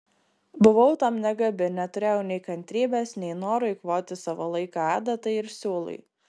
buvau tam negabi neturėjau nei kantrybės nei noro eikvoti savo laiką adatai ir siūlui